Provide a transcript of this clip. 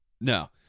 No